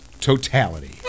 totality